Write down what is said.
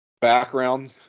background